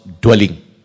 dwelling